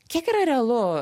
kiek yra realu